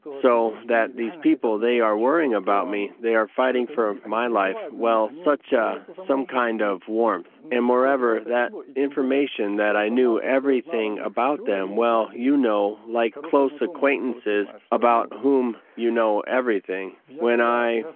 so. that these people, they are worrying about me, they are fighting for my life. well, such a, some kind of warmth. and moreover, that information that i knew everything about them, well, you know, like close acquaintances about whom you know everything. when i,